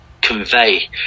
convey